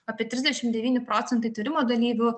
apie trisdešim devyni procentai tyrimo dalyvių